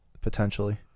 potentially